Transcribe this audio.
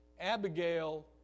Abigail